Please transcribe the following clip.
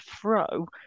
throw